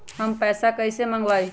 हम पैसा कईसे मंगवाई?